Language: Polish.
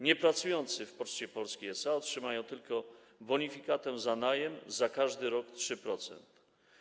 Niepracujący w Poczcie Polskiej SA otrzymają tylko bonifikatę za najem za każdy rok - 3%.